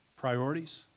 priorities